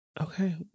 Okay